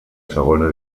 segona